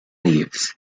leaves